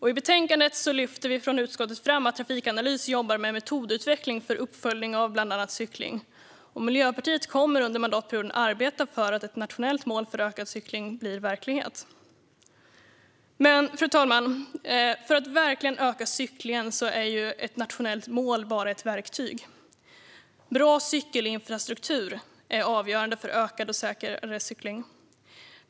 I betänkandet lyfter vi från utskottet fram att Trafikanalys jobbar med metodutveckling för uppföljning av bland annat cykling. Miljöpartiet kommer under mandatperioden att arbeta för att ett nationellt mål för ökad cykling blir verklighet. Men, fru talman, för att verkligen öka cyklingen är ett nationellt mål bara ett verktyg. Bra cykelinfrastruktur är avgörande för ökad och säkrare cykling.